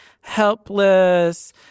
helpless